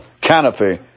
canopy